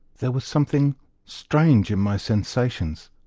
there was something strange in my sensations,